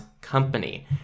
company